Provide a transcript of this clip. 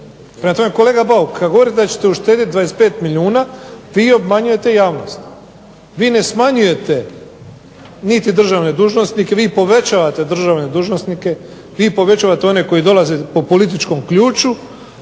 kolega Bauk kad govorite da ćete uštedjeti 25 milijuna vi obmanjujete javnost. Vi ne smanjujete niti državne dužnosnike, vi povećavate državne dužnosnike, vi povećavate one koji dolaze po političkom ključu,